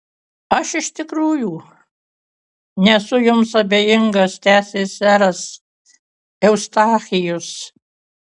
aš iš tikrųjų nesu jums abejingas tęsė seras eustachijus